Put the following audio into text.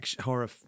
horror